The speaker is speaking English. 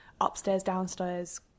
upstairs-downstairs